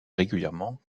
régulièrement